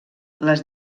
les